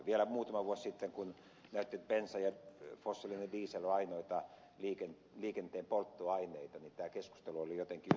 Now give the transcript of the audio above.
vielä muutama vuosi sitten kun bensa ja fossiilinen diesel olivat ainoita liikenteen polttoaineita tämä keskustelu oli jotenkin ymmärrettävää